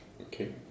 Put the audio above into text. Okay